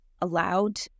allowed